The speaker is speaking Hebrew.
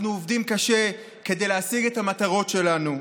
אנחנו עובדים קשה כדי להשיג את המטרות שלנו,